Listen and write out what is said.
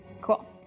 Cool